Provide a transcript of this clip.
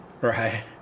Right